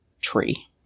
tree